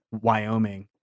Wyoming